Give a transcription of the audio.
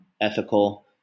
ethical